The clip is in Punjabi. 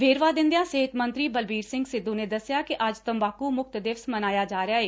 ਵੇਰਵਾ ਦਿੰਦਿਆਂ ਸਿਹਤ ਮੰਤਰੀ ਬਲਬੀਰ ਸਿੰਘ ਸਿੱਧੂ ਨੇ ਦੱਸਿਆ ਕਿ ਅੱਜ ਤੰਬਾਕੂ ਮੁਕਤ ਦਿਵਸ ਮਨਾਇਆ ਜਾ ਰਿਹਾ ਏ